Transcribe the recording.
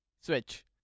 Switch